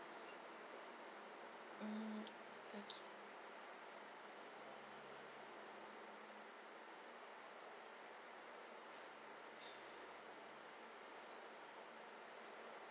mm okay